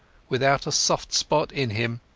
without a soft spot in him.